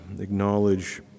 acknowledge